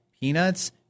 peanuts